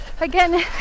again